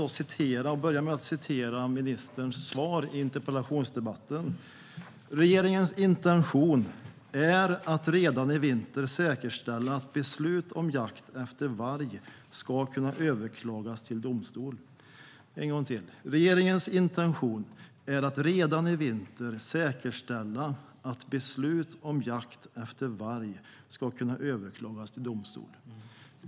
Den 17 november hade jag en interpellationsdebatt med klimat och miljöminister Åsa Romson. Jag citerar ur ministerns interpellationssvar: "Regeringens intention är att redan i vinter säkerställa att beslut om jakt efter varg ska kunna överklagas till domstol."